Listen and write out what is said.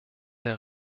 der